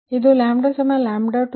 ಇದು λ246